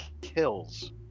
kills